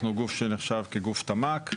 אנחנו גוף שנחשב כגוף תמ"ק.